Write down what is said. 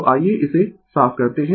तो आइये इसे साफ करते है